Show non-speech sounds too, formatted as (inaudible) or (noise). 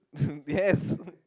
(laughs) yes (laughs)